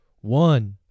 one